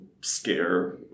scare